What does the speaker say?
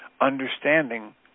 Understanding